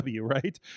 right